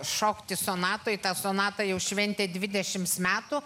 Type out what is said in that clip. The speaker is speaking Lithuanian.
šokti sonatoj ta sonata jau šventė dvidešimt metų